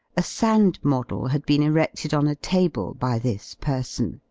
a sand model had been eredled on a table by this person,